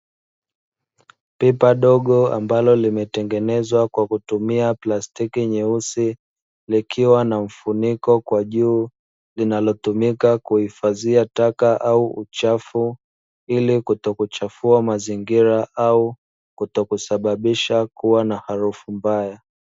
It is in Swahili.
Pipa dogo ambalo limetengenezwa kwa kutumia plastiki nyeusi likiwa na mfuniko kwa juu, linalotumika kuhifadhia taka au uchafu ili kutokuchafua mazingira au kutokusababisha kuwa na harufu mbaya.